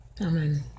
Amen